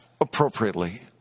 appropriately